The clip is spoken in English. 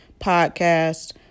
podcast